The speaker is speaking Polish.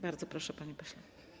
Bardzo proszę, panie pośle.